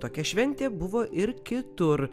tokia šventė buvo ir kitur